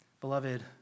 Beloved